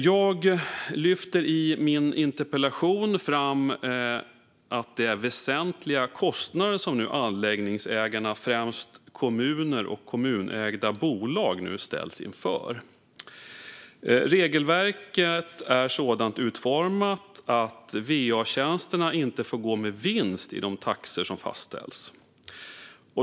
Jag lyfter i min interpellation fram att det är väsentliga kostnader som anläggningsägarna, främst kommuner och kommunägda bolag, nu ställs inför. Regelverket är så utformat att va-tjänsterna inte får gå med vinst i de taxor som fastställs.